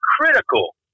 critical